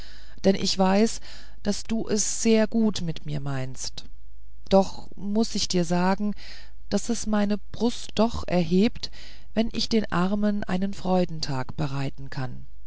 denn ich weiß daß du es sehr gut mit mir meinst doch muß ich dir sagen daß es meine brust hoch erhebt wenn ich den armen einen freudentag bereiten kann